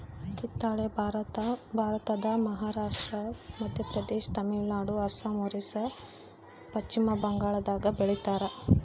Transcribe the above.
ಕಿತ್ತಳೆ ಭಾರತದ ಮಹಾರಾಷ್ಟ್ರ ಮಧ್ಯಪ್ರದೇಶ ತಮಿಳುನಾಡು ಅಸ್ಸಾಂ ಒರಿಸ್ಸಾ ಪಚ್ಚಿಮಬಂಗಾಳದಾಗ ಬೆಳಿತಾರ